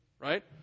Right